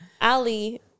Ali